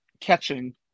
catching